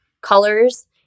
colors